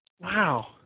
Wow